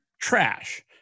trash